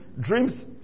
dreams